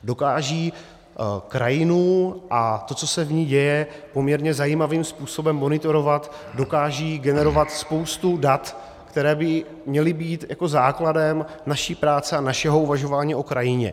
Dokážou krajinu a to, co se v ní děje, poměrně zajímavým způsobem monitorovat, dokážou generovat spoustu dat, která by měla být základem naší práce a našeho uvažování o krajině.